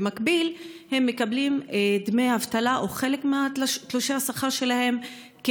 במקביל הם מקבלים דמי אבטלה או חלק מהשכר שלהם,